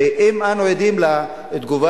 ואם אנו עדים לתגובה